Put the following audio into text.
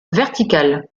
vertical